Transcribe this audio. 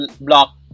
block